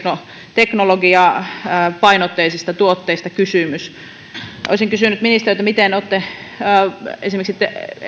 teknologiapainotteisista tuotteista kysymys olisin kysynyt ministeriltä miten olette esimerkiksi